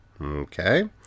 Okay